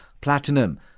platinum